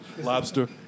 Lobster